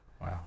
Wow